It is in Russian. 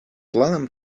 планом